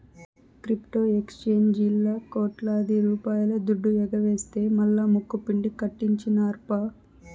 crypto ఎక్సేంజీల్లా కోట్లాది రూపాయల దుడ్డు ఎగవేస్తె మల్లా ముక్కుపిండి కట్టించినార్ప